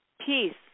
peace